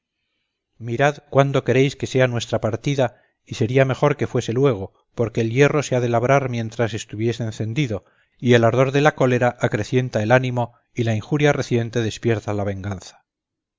mirad cuándo queréis que sea nuestra partida y sería mejor que fuese luego porque el hierro se ha de labrar mientras estuviere encendido y el ardor de la cólera acrecienta el ánimo y la injuria reciente despierta la venganza